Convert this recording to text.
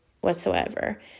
whatsoever